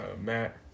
Matt